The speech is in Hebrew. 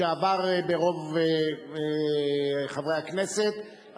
שעברה ברוב חברי הכנסת,